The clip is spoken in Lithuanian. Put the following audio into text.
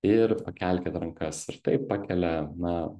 ir pakelkit rankas ir taip pakelia na